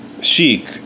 chic